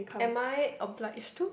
am I obliged to